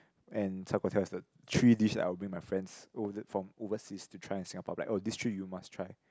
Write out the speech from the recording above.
and Chao Guo Tiao is the three dish I will bring my friends who was it from overseas to try in Singapore I'll be like oh this three you must try